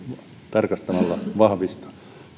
tarkastamalla vahvistaa